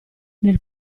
nel